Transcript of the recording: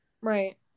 Right